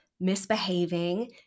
misbehaving